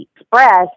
express